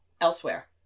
elsewhere